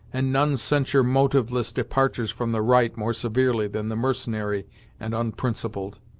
and none censure motiveless departures from the right more severely than the mercenary and unprincipled.